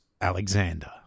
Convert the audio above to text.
Alexander